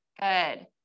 good